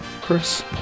Chris